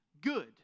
good